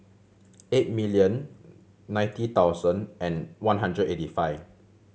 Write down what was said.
eight million ninety thousand and one hundred eighty five